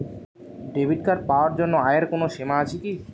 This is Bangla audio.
ডেবিট কার্ড পাওয়ার জন্য আয়ের কোনো সীমা আছে কি?